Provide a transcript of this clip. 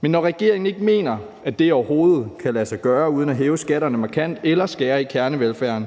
men når regeringen ikke mener, at det overhovedet kan lade sig gøre uden at hæve skatterne markant eller skære i kernevelfærden,